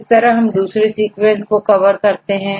इस तरह हम दूसरे सीक्वेंस को कवर करते हैं